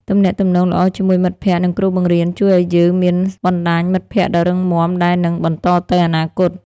ទំនាក់ទំនងល្អជាមួយមិត្តភក្តិ និងគ្រូបង្រៀនជួយឲ្យយើងមានបណ្តាញមិត្តភក្តិដ៏រឹងមាំដែលនឹងបន្តទៅអនាគត។